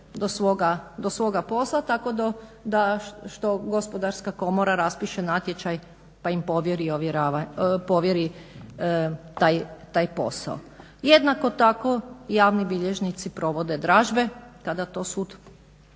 do svoga posla? Tako da Gospodarska komora raspiše natječaj pa im povjeri taj posao. Jednako tako javni bilježnici provode dražbe kada to sud